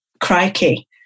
crikey